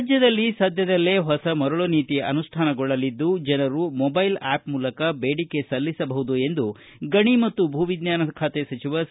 ರಾಜ್ವದಲ್ಲಿ ಸದ್ದದಲ್ಲೇ ಹೊಸ ಮರಳು ನೀತಿ ಅನುಷ್ಠಾನಗೊಳ್ಳಲಿದ್ದು ಜನರು ಮೊದೈಲ್ ಆಪ್ ಮೂಲಕ ಮರಳು ಬೇಡಿಕೆ ಸಲ್ಲಿಸಬಹುದು ಎಂದು ಗಣಿ ಮತ್ತು ಭೂ ವಿಜ್ಞಾನ ಸಚಿವ ಸಿ